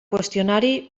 qüestionari